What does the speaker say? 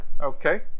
Okay